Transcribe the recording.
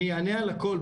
אני אענה על הכל,